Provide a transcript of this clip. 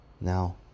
Now